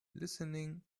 listening